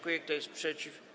Kto jest przeciw?